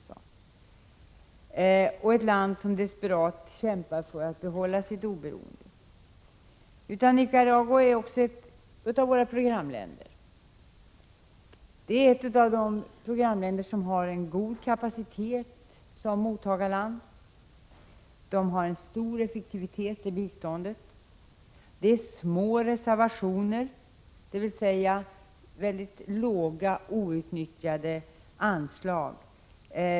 Det är också ett land som desperat kämpar för att behålla sitt oberoende. Nicaragua är också ett av våra programländer och tillhör de programländer som har god kapacitet som mottagarland. Man har en hög effektivitet i biståndet och små reservationer, dvs. låga outnyttjade anslag.